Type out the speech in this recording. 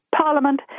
Parliament